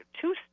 two